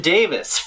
Davis